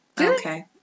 Okay